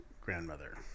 grandmother